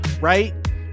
right